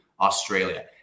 Australia